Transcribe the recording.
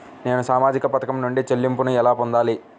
నేను సామాజిక పథకం నుండి చెల్లింపును ఎలా పొందాలి?